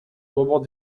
moments